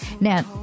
Now